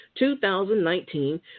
2019